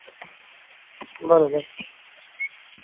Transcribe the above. बराबरि